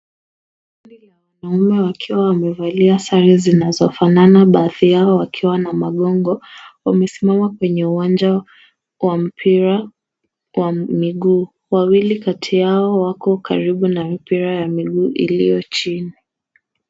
Kundi ya wanaume wakiwa wamevalia sare zinazofanana, baadhi yao wakiwa na magongo, wamesimama kwenye uwanja wa mpira wa miguu. Wawili kati yao wako karibu na mpira ya miguu iliyo chini.